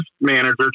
manager